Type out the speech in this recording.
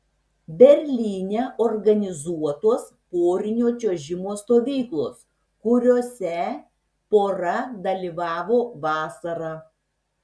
berlyne organizuotos porinio čiuožimo stovyklos kuriose pora dalyvavo vasarą